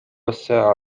الساعة